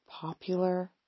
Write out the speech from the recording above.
popular